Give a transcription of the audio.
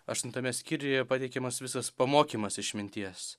aštuntame skyriuje pateikiamas visas pamokymas išminties